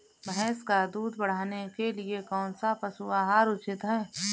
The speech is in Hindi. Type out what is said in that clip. भैंस का दूध बढ़ाने के लिए कौनसा पशु आहार उचित है?